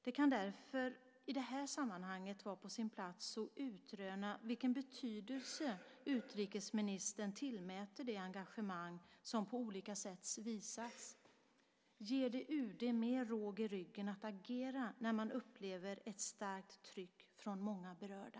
Det kan därför i det här sammanhanget vara på sin plats att utröna vilken betydelse utrikesministern tillmäter det engagemang som har visats på olika sätt. Ger det UD mer råg i ryggen att agera när man upplever ett starkt tryck från många berörda?